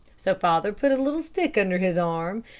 so father put a little stick under his arm,